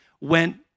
went